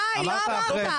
אני לא ממהר,